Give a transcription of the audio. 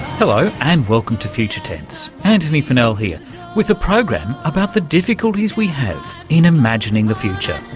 hello and welcome to future tense, antony funnell here with a program about the difficulties we have in imagining the future.